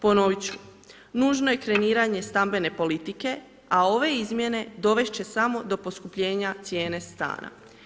Ponoviti ću, noćno je kreiranje stambene politike, a ove izmjene dovesti će samo do poskupljenja cijene stana.